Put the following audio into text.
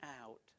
out